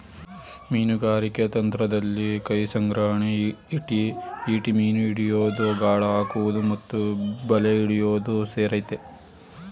ಮೀನುಗಾರಿಕೆ ತಂತ್ರದಲ್ಲಿ ಕೈಸಂಗ್ರಹಣೆ ಈಟಿ ಮೀನು ಹಿಡಿಯೋದು ಗಾಳ ಹಾಕುವುದು ಮತ್ತು ಬಲೆ ಹಿಡಿಯೋದು ಸೇರಯ್ತೆ